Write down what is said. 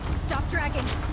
stop dragging!